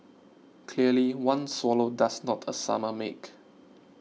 clearly one swallow does not a summer make